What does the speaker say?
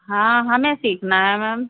हाँ हमें सीखना है मैम